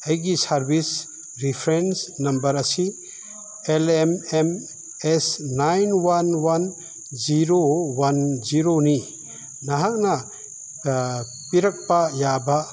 ꯑꯩꯒꯤ service reference number ꯑꯁꯤ L M M S nine one one zero one ꯖꯤꯔꯣꯅꯤ ꯅꯍꯥꯛꯅ ꯄꯤꯔꯛꯄ ꯌꯥꯕ